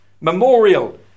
Memorial